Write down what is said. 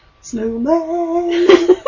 snowman